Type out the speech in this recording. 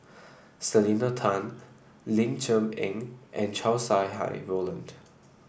Selena Tan Ling Cher Eng and Chow Sau Hai Roland